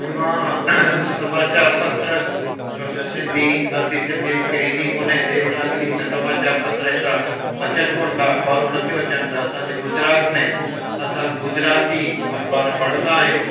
मां समाचार पत्र छो जो सिंधी अरबी सिंधी मूंखे ईंदी कोन्हे देवनागरी में समाचार पत्र एतिरा अचनि कोन था अख़बारूं नथी अचनि त असांजे गुजरात में असां गुजराती अख़बार पढ़ंदा आहियूं